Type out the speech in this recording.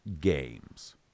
games